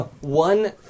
One